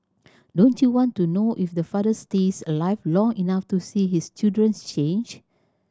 don't you want to know if the father stays alive long enough to see his children's change